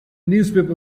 newspaper